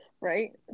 Right